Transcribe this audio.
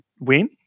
win